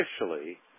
officially